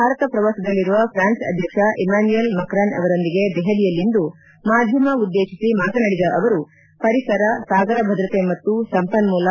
ಭಾರತ ಪ್ರವಾಸದಲ್ಲಿರುವ ಫ್ರಾನ್ಸ್ ಅಧ್ಯಕ್ಷ Emmanuel Macron ಅವರೊಂದಿಗೆ ದೆಹಲಿಯಲ್ಲಿಂದು ಮಾಧ್ವಮ ಉದ್ದೇಶಿಸಿ ಮಾತನಾಡಿದ ಅವರು ಪರಿಸರ ಸಾಗರ ಭದ್ರತೆ ಮತ್ತು ಸಂಪನ್ಸೂಲ